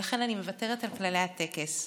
ולכן אני מוותרת על כללי הטקס,